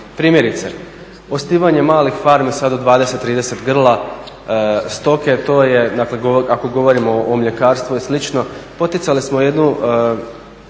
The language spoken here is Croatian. Primjerice, osnivanje malih farmi sad od 20, 30 grla stoke. To je, dakle ako govorimo o mljekarstvu i slično, poticali smo jednu